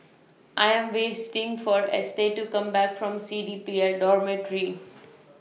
I Am wasting For Estes to Come Back from C D P L Dormitory